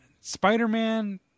Spider-Man